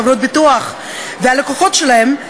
חברות ביטוח והלקוחות שלהם,